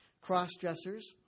Cross-dressers